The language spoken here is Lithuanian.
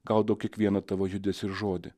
gaudo kiekvieną tavo judesį ir žodį